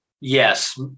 Yes